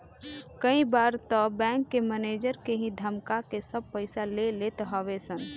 कई बार तअ बैंक के मनेजर के ही धमका के सब पईसा ले लेत हवे सन